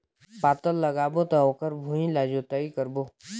पातल लगाबो त ओकर भुईं ला जोतई करबो?